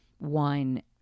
wine